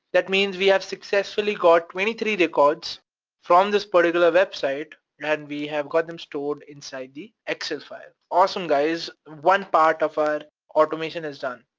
that means we have successfully got twenty three records from this particular website and and we have got them stored inside the excel file. awesome guys. one part of our automation is done.